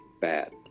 bad